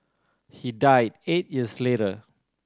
he died eight years later